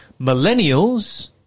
Millennials